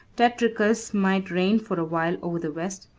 tetricus might reign for a while over the west,